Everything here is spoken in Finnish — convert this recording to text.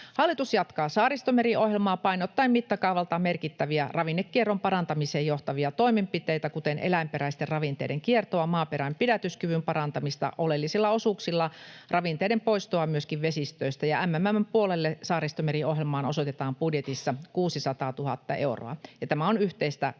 Hallitus jatkaa Saaristomeri-ohjelmaa painottaen mittakaavaltaan merkittäviä ravinnekierron parantamiseen johtavia toimenpiteitä, kuten eläinperäisten ravinteiden kiertoa, maaperän pidätyskyvyn parantamista oleellisilla osuuksilla ja ravinteiden poistoa myöskin vesistöistä. MMM:n puolelle Saaristomeri-ohjelmaan osoitetaan budjetissa 600 000 euroa, ja tämä on yhteistä